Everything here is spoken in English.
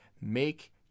make